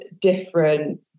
different